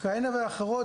כאלה ואחרות,